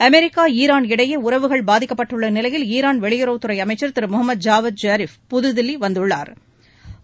America Iran இடையே உறவுகள் பாதிக்கப்பட்டுள்ள நிலையில் ஈரான் வெளியுறவுத் துறை அமைச்சா் திரு முகம்மது ஜாவத் ஜாரிஃப் புதுதில்லி வந்துள்ளாா்